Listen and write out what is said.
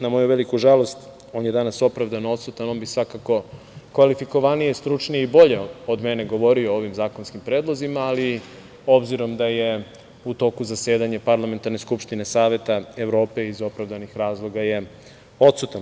Na moju veliku žalost on je danas opravdano odsutan, on bi svakako kvalifikovanije, stručnije i bolje od mene govorio o ovim zakonskim predlozima, ali o obzirom da je u toku zasedanje parlamentarne Skupštine Saveta Evrope, iz opravdanih razloga je odsutan.